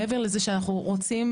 מעבר לזה שאנחנו רוצים,